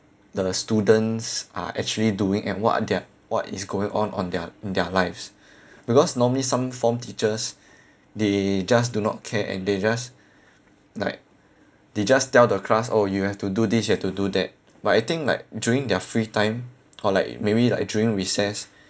the students are actually doing and what are their what is going on on their their lives because normally some form teachers they just do not care and they just like they just tell the class oh you have to do this you have to do that but I think like during their free time or like maybe like during recess